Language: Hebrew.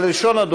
מס' 6658 ו-6659.